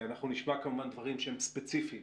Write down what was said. אנחנו נשמע כמובן דברים שהם ספציפיים